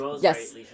Yes